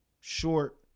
Short